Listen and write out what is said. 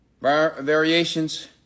Variations